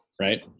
right